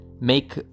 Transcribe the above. Make